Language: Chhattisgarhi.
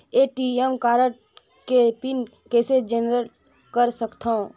ए.टी.एम कारड के पिन कइसे जनरेट कर सकथव?